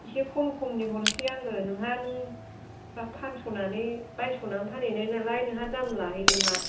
एसे खम खमनि हरसै आंङो नोंहा नों फानस'नानै बायस'नानै फानहैनायनालाय नोंहा दाम लाहैदोमा